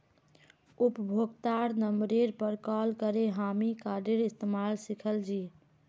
उपभोक्तार नंबरेर पर कॉल करे हामी कार्डेर इस्तमाल सिखल छि